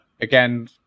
again